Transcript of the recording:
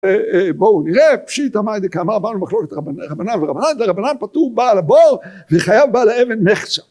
בואו נראה, פשיטא מאי דקאמר באנו למחלוקת רבנן ורבנן ורבנן פטור בעל הבור וחייב בעל האבן מחצה